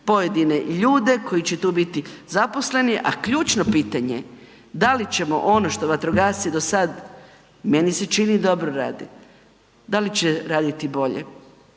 pojedine ljude koji će tu biti zaposleni, a ključno pitanje da li ćemo ono što vatrogasci do sada meni se čini dobro rade, da li će raditi bolje?